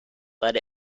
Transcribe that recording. let